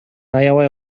аябай